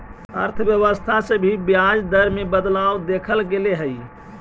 अर्थव्यवस्था से भी ब्याज दर में बदलाव देखल गेले हइ